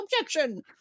objection